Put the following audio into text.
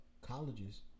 Colleges